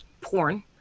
porn